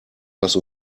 was